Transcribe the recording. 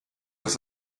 das